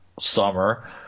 summer